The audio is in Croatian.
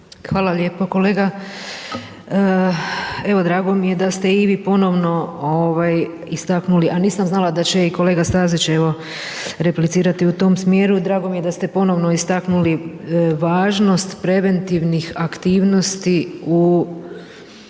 Hvala lijepo. Kolega, evo drago mi je da ste i vi ponovno istaknuli, a nisam znala da će i kolega Stazić evo replicirati u tom smjeru, drago mi je da ste ponovno istaknuli važnost preventivnih aktivnosti u, kad je u